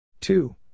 Two